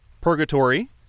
purgatory